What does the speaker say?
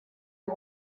you